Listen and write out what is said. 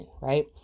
right